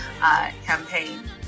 campaign